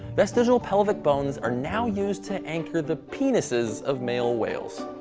vestigial pelvic bones are now used to anchor the penises of male whales.